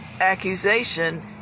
accusation